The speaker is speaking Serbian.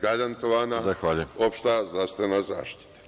Garantovana opšta zdravstvene zaštita.